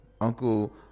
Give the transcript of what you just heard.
Uncle